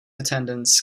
attendants